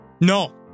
No